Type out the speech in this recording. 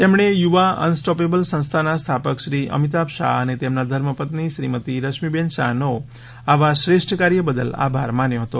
તેમણે યુવા એનસ્ટેયિબલ સંસ્થાના સ્થાપક શ્રી અમિતાભ શાહ અને તેમના ધર્મપત્ની શ્રીમતી રશ્મીબેન શાહનો આવા શ્રેષ્ઠ કાર્ય બદલ આભાર માન્યો હતો